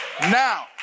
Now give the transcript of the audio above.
now